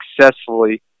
successfully